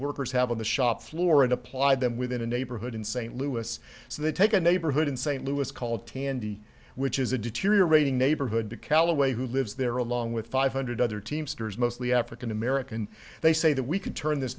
workers have on the shop floor and apply them within a neighborhood in st louis so they take a neighborhood in st louis called tandy which is a deteriorating neighborhood to callaway who lives there along with five hundred other teamsters mostly african american they say that we could turn this